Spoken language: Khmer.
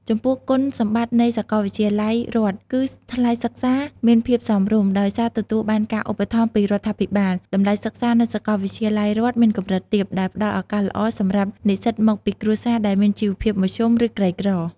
ចំពោះគុណសម្បតិ្តនៃសាកលវិទ្យាល័យរដ្ឋគឺ ថ្លៃសិក្សាមានភាពសមរម្យ ដោយសារទទួលបានការឧបត្ថម្ភពីរដ្ឋាភិបាល តម្លៃសិក្សានៅសាកលវិទ្យាល័យរដ្ឋមានកម្រិតទាប ដែលផ្ដល់ឱកាសល្អសម្រាប់និស្សិតមកពីគ្រួសារដែលមានជីវភាពមធ្យម ឬក្រីក្រ។